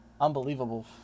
Unbelievable